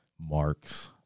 marks